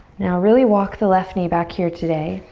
now really walk the left knee back here today.